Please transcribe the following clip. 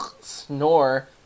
Snore